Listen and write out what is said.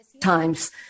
times